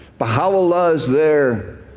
baha'u'llah is there,